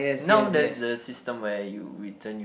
now there's the system where you return your